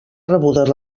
rebudes